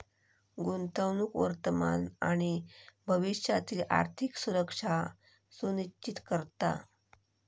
गुंतवणूक वर्तमान आणि भविष्यातील आर्थिक सुरक्षा सुनिश्चित करता